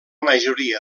majoria